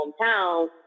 hometown